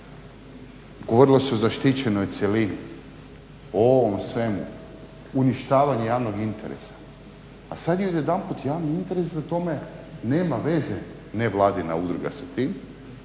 Govorilo se o zaštićenoj cjelini, o ovom svemu, uništavanje javnog interesa. A sada je odjedanput javni interes da o tome nema sveze nevladina udruga sa time